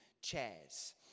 chairs